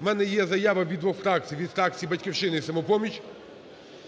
у мене є заява від двох фракцій: від фракції "Батьківщини" і "Самопоміч".